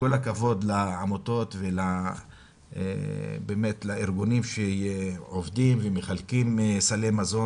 כל הכבוד לעמותות ולארגונים שמחלקים סלי מזון